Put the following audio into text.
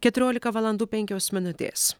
keturiolika valandų penkios minutės